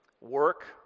work